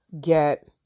get